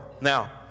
Now